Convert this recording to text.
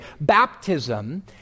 baptism